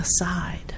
aside